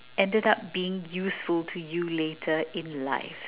ended up being useful to you later in life